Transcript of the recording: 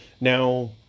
Now